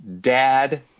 dad